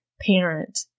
parent